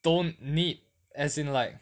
don't need as in like